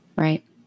Right